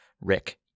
Rick